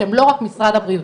שהם לא רק משרד הבריאות.